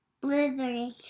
Blueberry